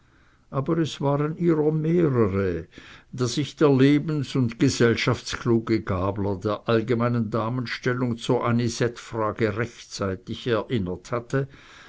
aber es waren ihrer mehrere da sich der lebensund gesellschaftskluge gabler der allgemeinen damenstellung zur anisette frage rechtzeitig erinnert hatte